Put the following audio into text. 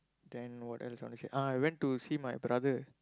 then what else I wanna say ah I went to see my brother